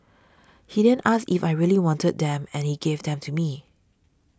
he then asked if I really wanted them and he gave them to me